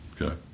Okay